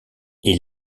est